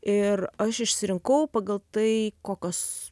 ir aš išsirinkau pagal tai kokos